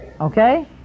okay